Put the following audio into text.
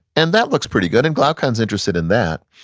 and that looks pretty good and glaucon's interested in that.